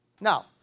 Now